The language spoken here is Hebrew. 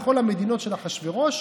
בכל המדינות של אחשוורוש,